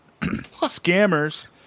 Scammers